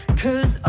cause